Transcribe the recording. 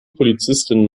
polizistin